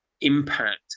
impact